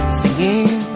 singing